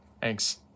Thanks